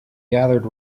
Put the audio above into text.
gathered